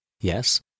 Yes